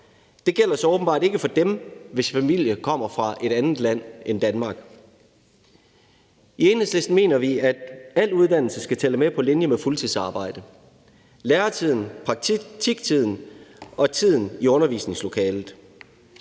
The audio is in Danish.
Det gælder så åbenbart ikke for dem, hvis familie kommer fra et andet land end Danmark. I Enhedslisten mener vi, at al uddannelse skal tælle med på linje med fuldtidsarbejde – læretiden, praktiktiden og tiden i undervisningslokalet.